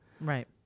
Right